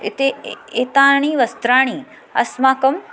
एते एताणि वस्त्राणि अस्माकम्